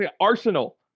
arsenal